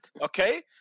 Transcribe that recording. okay